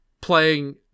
playing